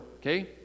Okay